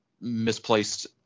misplaced